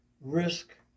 risk